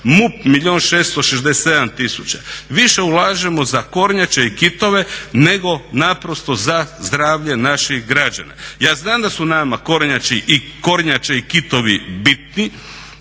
i 667 tisuća. Više ulažemo za kornjače i kitove nego naprosto za zdravlje naših građana. Ja znam da su nama kornjače i kitovi bitni,